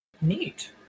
Neat